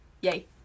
yay